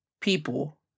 people